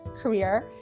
career